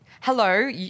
hello